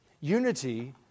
Unity